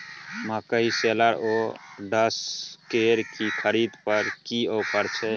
मकई शेलर व डहसकेर की खरीद पर की ऑफर छै?